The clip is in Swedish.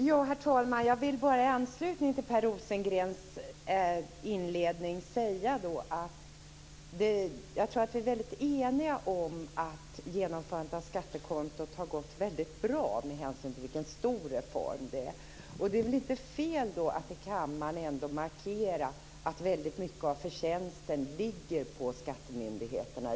Herr talman! Jag vill bara i anslutning till Per Rosengrens inledning säga att jag tror att vi är eniga om att genomförandet av skattekontot har gått väldigt bra, med hänsyn till vilken stor reform det är. Det är då fel att i kammaren markera att mycket av förtjänsten ligger på skattemyndigheterna.